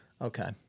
Okay